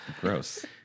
Gross